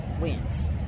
wins